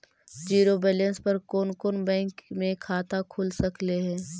Zero balance पर कोन कोन बैंक में खाता खुल सकले हे?